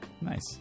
Nice